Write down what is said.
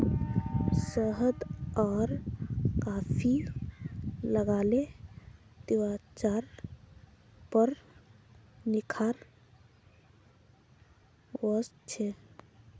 शहद आर कॉफी लगाले त्वचार पर निखार वस छे